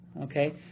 Okay